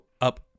up